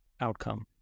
outcome